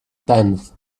tenth